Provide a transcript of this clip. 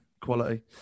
quality